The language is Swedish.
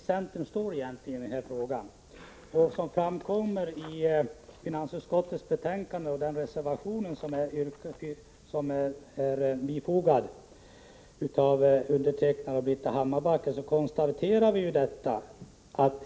Herr talman! Bo Södersten frågade mig var vi i centern egentligen står i den här frågan. Det framgår av den reservation som jag och Britta Hammarbacken har fogat till finansutskottets betänkande 8.